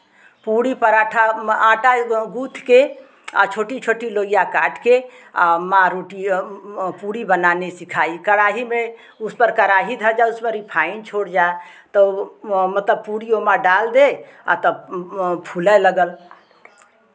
पूड़ी पराठा आटा गूथ के छोटी छोटी लोइया काट के माँ रोटी पूड़ी बनाने सिखाई कड़ाही में उस पर कड़ाही धइ दा उसपे रिफाइन छोड़ जा तो मतलब पूड़ी ओह मा डाल दे तब फूलै लगल